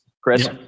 Chris